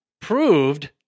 proved